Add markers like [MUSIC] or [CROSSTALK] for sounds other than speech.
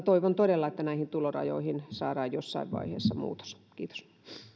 [UNINTELLIGIBLE] toivon todella että näihin tulorajoihin saadaan jossain vaiheessa muutos kiitos